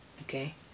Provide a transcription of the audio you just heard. Okay